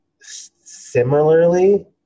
similarly